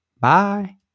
Bye